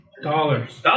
Dollars